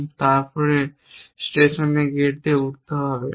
এবং তারপরে স্টেশনে গেট দিয়ে ট্রেনে উঠতে হবে